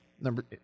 number